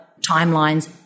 timelines